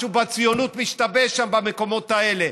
משהו בציונות משתבש שם, במקומות האלה.